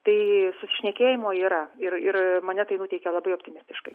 tai susišnekėjimo yra ir ir mane tai nuteikia labai optimistiškai